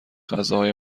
غذاهای